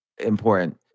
important